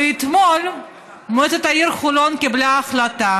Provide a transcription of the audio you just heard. ואתמול מועצת העיר חולון קיבלה החלטה